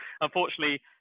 Unfortunately